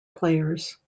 players